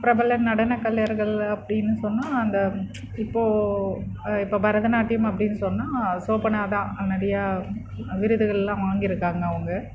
பிரபல நடன கலைஞர்கள் அப்படின்னு சொன்னால் அந்த இப்போது இப்போது பரத நாட்டியம் அப்படின்னு சொன்னால் சோபனா தான் நிறைய விருதுகள்லாம் வாங்கியிருக்காங்க அவங்க